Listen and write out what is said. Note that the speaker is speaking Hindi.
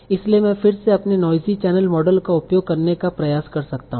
इसलिए मैं फिर से अपने नोइजी चैनल मॉडल का उपयोग करने का प्रयास कर सकता हूं